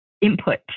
input